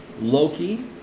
Loki